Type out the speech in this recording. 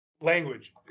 Language